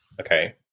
Okay